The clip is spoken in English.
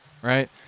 Right